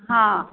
हा